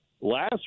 Last